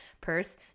purse